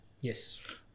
Yes